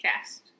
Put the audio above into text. cast